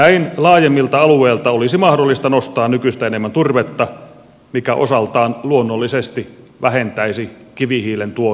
näin laajemmilta alueilta olisi mahdollista nostaa nykyistä enemmän turvetta mikä osaltaan luonnollisesti vähentäisi kivihiilen tuonnin tarvetta